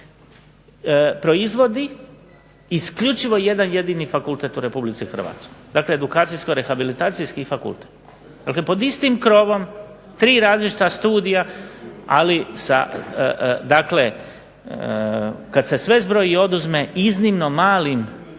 proizvodi isključivo jedan jedini fakultet u Republici Hrvatskoj, dakle Edukacijsko-rehabilitacijski fakultet. Dakle pod istim krovom tri različita studija, dakle kad se sve zbroji i oduzme, iznimno malim